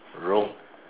Rome